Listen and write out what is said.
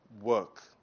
work